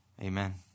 Amen